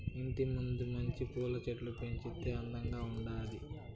ఇంటి ముందు మంచి పూల చెట్లు పెంచితే అందంగా ఉండాది